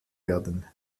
werden